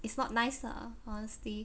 it's not nice lah honestly